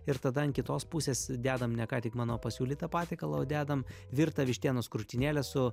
ir tada ant kitos pusės dedam ne ką tik mano pasiūlytą patiekalą o dedam virtą vištienos krūtinėlę su